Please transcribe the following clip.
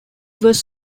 was